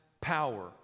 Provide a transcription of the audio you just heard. power